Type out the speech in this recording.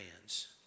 hands